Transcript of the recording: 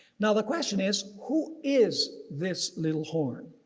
now the question is who is this little horn?